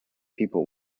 people